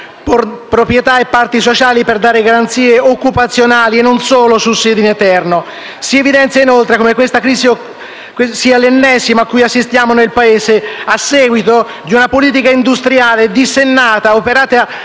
proprietà e parti sociali per dare garanzie occupazionali e non solo sussidi in eterno. Si evidenzia inoltre come questa crisi sia l'ennesima a cui assistiamo nel Paese, a seguito di una politica industriale dissennata, operata